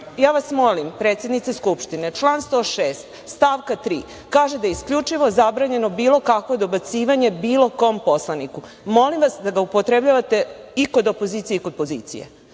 vas, predsednice Skupštine, član 106. stav 3. kaže da je isključivo zabranjeno bilo kakvo dobacivanje bilo kom poslaniku. Molim vas da ga upotrebljavate i kod opozicije i kod pozicije.